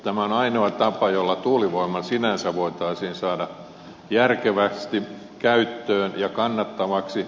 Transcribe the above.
tämä on ainoa tapa jolla tuulivoima sinänsä voitaisiin saada järkevästi käyttöön ja kannattavaksi